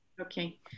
okay